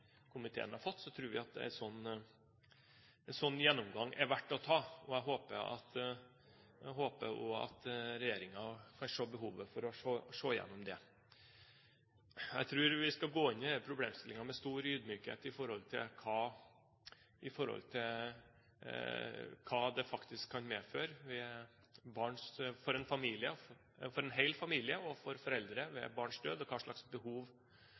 komiteen har fått, tror vi at en sånn gjennomgang er verdt å ta. Jeg håper også at regjeringen kan se behovet for å gå gjennom det. Jeg tror vi skal gå inn i denne problemstillingen med stor ydmykhet for hva et barns død faktisk kan medføre for en hel familie, og for foreldre, og hva slags behov som da oppstår. Det vil være individuelt, og forskjellig fra familie til familie og fra person til person. Det er vanskelig også for